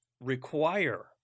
require